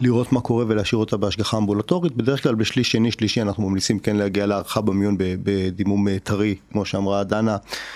לראות מה קורה ולהשאיר אותה בהשגחה אמבולטורית. בדרך כלל בשליש שני, שלישי, אנחנו ממליצים כן להגיע להערכה במיון בדימום טרי, כמו שאמרה דנה.